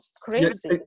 crazy